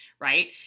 Right